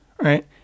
right